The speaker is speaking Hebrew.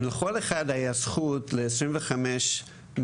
אם לכל אחד היה זכות ל-25 מגה-וואט,